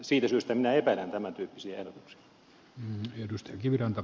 siitä syystä minä epäilen tämän tyyppisiä ehdotuksia